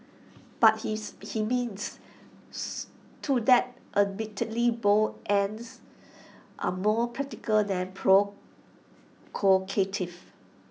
but his he means to that admittedly bold ends are more practical than pro call